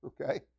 Okay